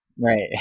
Right